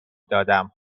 دادم